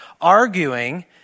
arguing